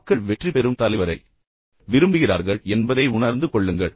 மக்கள் வெற்றி பெறும் தலைவரை விரும்புகிறார்கள் என்பதை முதலில் உணர்ந்து கொள்ளுங்கள்